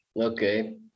Okay